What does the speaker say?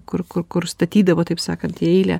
kur kur kur statydavo taip sakant į eilę